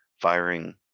firing